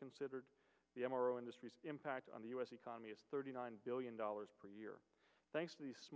considered the m r o industry impact on the u s economy is thirty nine billion dollars per year